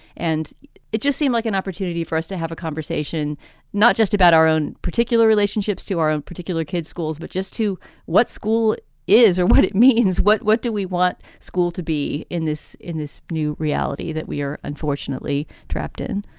and it just seemed like an opportunity for us to have a conversation not just about our own particular relationships to our own particular kids schools, but just to what school is or what it means. what what do we want school to be in this in this new reality that we are unfortunately trapped in?